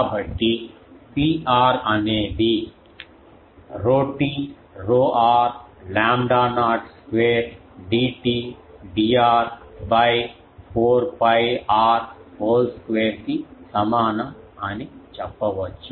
కాబట్టి Pr అనేది ρt ρr lambda naught square Dt Dr by 4 𝜋 R whole స్క్వేర్కి సమానం అని చెప్పవచ్చు